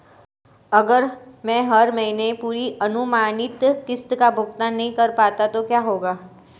अगर मैं हर महीने पूरी अनुमानित किश्त का भुगतान नहीं कर पाता तो क्या होगा?